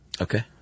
Okay